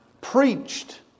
preached